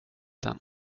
dem